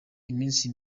iminsi